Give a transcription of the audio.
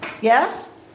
Yes